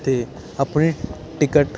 ਤੇ ਆਪਣੇ ਟਿਕਟ